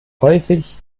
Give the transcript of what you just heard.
häufig